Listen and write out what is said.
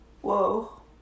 Whoa